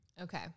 Okay